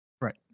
Right